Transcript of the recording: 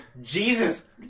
Jesus